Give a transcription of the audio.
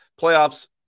Playoffs